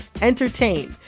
entertain